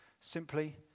simply